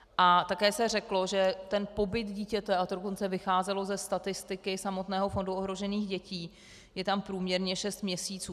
A také se řeklo, že ten pobyt dítěte, a to do konce vycházelo ze statistiky samotného Fondu ohrožených dětí, je tam průměrně šest měsíců.